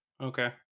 Okay